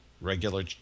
regular